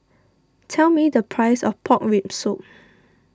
tell me the price of Pork Rib Soup